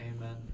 Amen